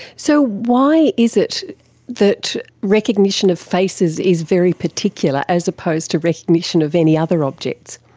so why is it that recognition of faces is very particular, as opposed to recognition of any other objects?